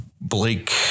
Blake